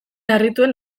harrituen